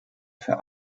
für